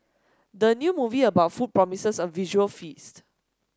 the new movie about food promises a visual feast